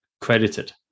credited